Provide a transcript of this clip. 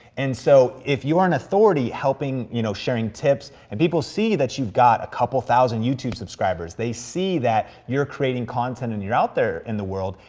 and so, if you're an authority helping, you know, sharing tips and people see that you've got a couple thousand youtube subscribers, they see that you're creating content and you're out there in the world,